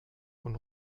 und